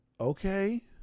Okay